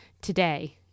today